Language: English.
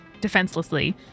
defenselessly